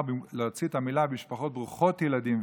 להוציא את המילה "משפחות ברוכות ילדים",